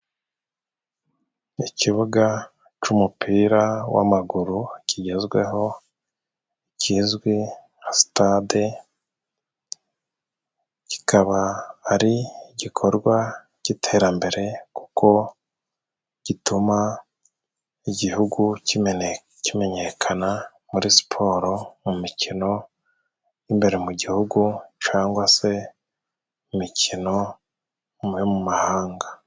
Ikibuga c'umupira w'amaguru kigezweho kizwi nka sitade, kikaba ari igikorwa cy'iterambere kuko gituma igihugu kimenyekana muri siporo, mu mikino y'imbere mu gihugu, cangwa se imikino yo mu mahanga.